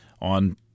on